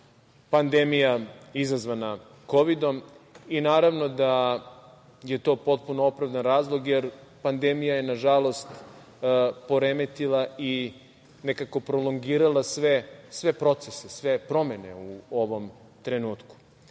pandemija izazvana kovidom i naravno da je to potpuno opravdan razlog jer pandemija je na žalost poremetila i nekako prolongirala sve procese, sve promene u ovom trenutku. Drugi